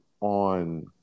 on